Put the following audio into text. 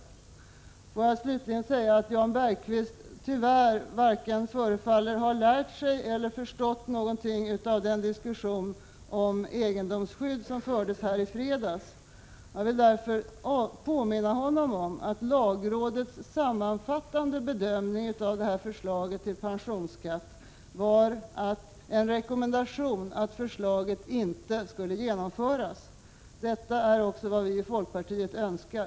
1986/87:50 Slutligen vill jag säga att det förefaller som om Jan Bergqvist tyvärr varken 16 december 1986 har lärt sig eller förstått något av den diskussion om egendomsskydd som fördes här i fredags. Jag vill därför påminna honom om att lagrådets sammanfattande bedömning av detta förslag till pensionsskatt var en rekommendation att förslaget inte skulle genomföras. Detta är också vad vi i folkpartiet önskar.